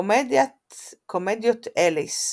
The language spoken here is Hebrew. "קומדיות אליס"